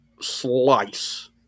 slice